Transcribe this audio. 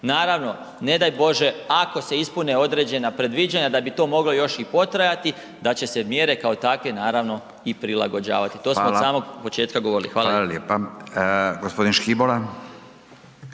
Naravno ne daj Bože ako se ispune određena predviđanja da bi to moglo još i potrajati da će se mjere kako takve naravno i prilagođavati, to smo od samog početka govorili. Hvala. **Radin, Furio